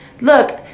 Look